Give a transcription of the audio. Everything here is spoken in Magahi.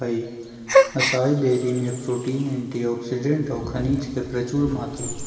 असाई बेरी में प्रोटीन, एंटीऑक्सीडेंट औऊ खनिज के प्रचुर मात्रा होबो हइ